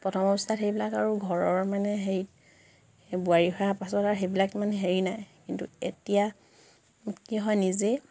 প্ৰথম অৱস্থাত সেইবিলাক আৰু ঘৰৰ মানে হেৰি বোৱাৰী হোৱাৰ পাছত আৰু সেইবিলাক মানে হেৰি নাই কিন্তু এতিয়া কি হয় নিজেই